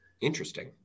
Interesting